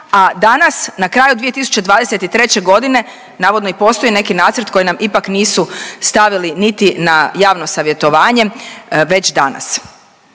a danas, na kraju 2023. g. navodno i postoji neki nacrt koji nam ipak nisu stavili niti na javno savjetovanje već danas.